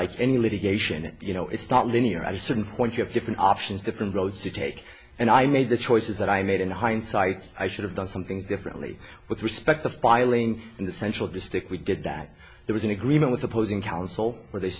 like any litigation it you know it's not linear at a certain point you have different options different routes to take and i made the choices that i made in hindsight i should have done some things differently with respect to filing in the central district we did that there was an agreement with opposing counsel where they